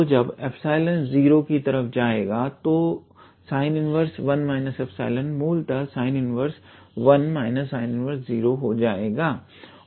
तो जब 𝜀 0 की तरफ जाएगा तो sin−11−𝜀 मूलतः sin−11−sin−10 हो जाएगा और sin−11 𝜋2 है